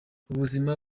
ubuzima